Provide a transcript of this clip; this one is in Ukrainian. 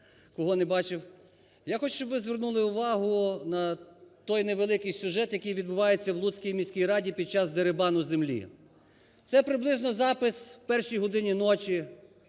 Я хочу, щоб ви звернули увагу на той невеликий сюжет, який відбувається в Луцькій міській раді під часдерибану землі. Це приблизно запис в першій годині ночі.